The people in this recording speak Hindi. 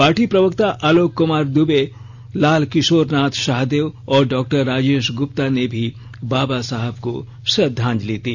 पार्टी प्रवक्ता आलोक कुमार दुबे लाल किशोर नाथ शाहदेव और डॉक्टर राजेश गुप्ता ने भी बाबा साहेब को श्रद्धांजलि दी